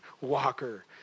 walker